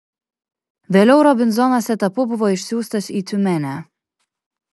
vėliau robinzonas etapu buvo išsiųstas į tiumenę